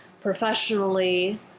professionally